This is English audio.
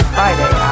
Friday